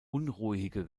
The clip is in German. unruhige